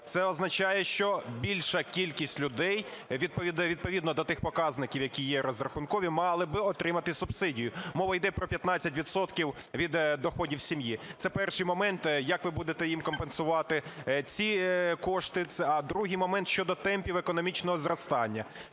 Це означає, що більша кількість людей відповідно до тих показників, які є розрахункові, мали б отримати субсидію. Мова йде про 15 відсотків від доходів сім'ї. Це перший момент. Як ви будете їм компенсувати ці кошти? А другий момент, щодо темпів економічного зростання.